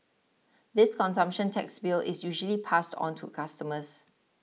this consumption tax bill is usually passed on to customers